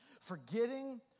Forgetting